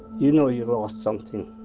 you know you lost something.